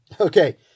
Okay